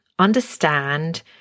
understand